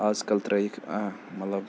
آز کَل ترٲیِکھ مطلب